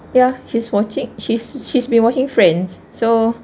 ya she's watching she's been watching friends so